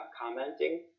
commenting